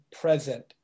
present